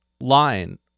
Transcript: line